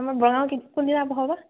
আমাৰ বৰগাঙত কোনদিনা বহ বা